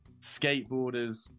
skateboarders